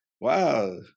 wow